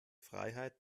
freiheit